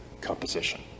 composition